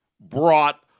brought